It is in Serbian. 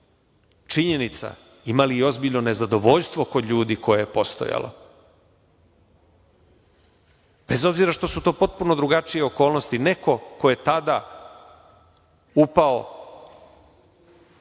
činjenica, imali i ozbiljno nezadovoljstvo kod ljudi koje je postojalo, bez obzira što su to potpuno drugačije okolnosti neko ko je tada upao